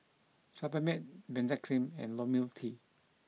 Sebamed Benzac cream and Ionil T